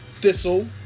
Thistle